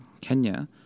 Kenya